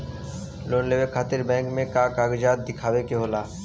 Loan लेवे खातिर bank मे का कागजात दिखावे के होला?